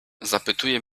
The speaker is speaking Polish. zapytuje